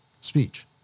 speech